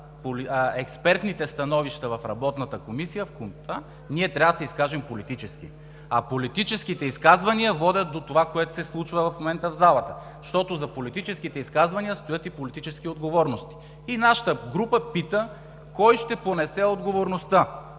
на експертните становища в работната комисия ние трябва да се изкажем политически, а политическите изказвания водят до това, което се случва в момента в залата, защото зад политическите изказвания стоят и политически отговорности. И нашата група пита: кой ще понесе отговорността?